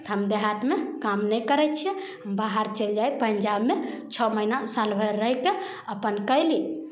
तऽ हम देहातमे काम नहि करै छिए बाहर चलि जाइ पैनजाबमे छओ महिना साल भरि रहिके अपन कएली